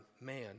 man